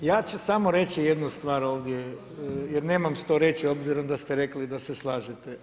Evo ja ću samo reći jednu stvar ovdje, jer nemam što reći obzirom da ste rekli da se slažete.